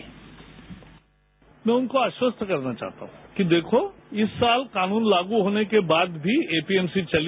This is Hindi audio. बाईट मैं उनको आश्वस्त करना चाहता हूं कि देखो इस साल कानून लागू होने के बाद भी एपीएमसी चली